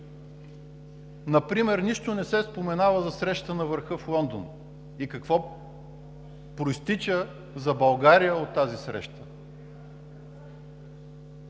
например нищо не се споменава за срещата на върха в Лондон и какво произтича за България от тази среща.